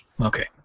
Okay